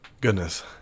Goodness